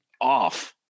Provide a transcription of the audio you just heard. off